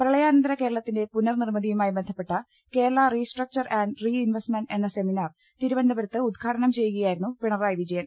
പ്രളയാനന്തര കേരളത്തിന്റെ പുനർനിർമ്മിതിയുമായി ബന്ധപ്പെട്ട Kerala restructure and reinvestment എന്ന സെമിനാർ തിരുവനന്തപുരത്ത് ഉദ്ഘാ ടനം ചെയ്യുകയായിരുന്നു പിണറായി വിജയൻ